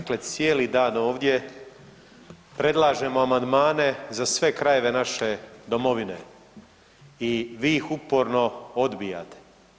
Dakle cijeli dan ovdje predlažemo amandmane za sve krajeve naše domovine i vi ih uporno odbijate.